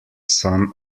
son